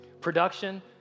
Production